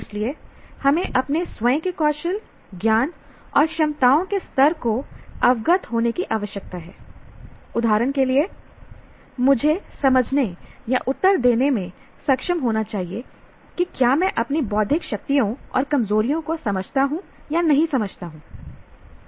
इसलिए हमें अपने स्वयं के कौशल ज्ञान और क्षमताओं के स्तरों से अवगत होने की आवश्यकता है उदाहरण के लिए मुझे समझने या उत्तर देने में सक्षम होना चाहिए कि क्या मैं अपनी बौद्धिक शक्तियों और कमजोरियों को समझता हूं या नहीं समझता हूं